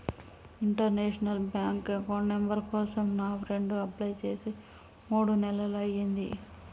international bank account number కోసం నా friend apply చేసి మూడు నెలలయ్యింది